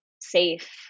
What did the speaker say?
safe